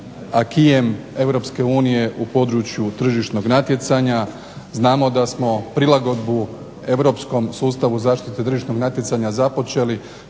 unije u području tržišnog natjecanja. Znamo da smo prilagodbu europskom sustavu zaštite tržišnog natjecanja započeli